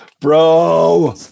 bro